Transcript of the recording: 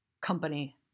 company